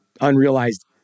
unrealized